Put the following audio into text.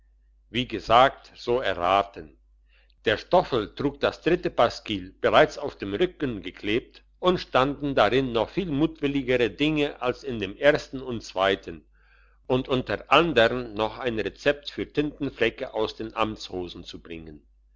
wie gesagt so erraten der stoffel trug das dritte pasquill bereits auf dem rücken geklebt und standen darin noch viel mutwilligere dinge als in dem ersten und zweiten und unter andern ein rezept für tintenflecke aus den amtshosen zu bringen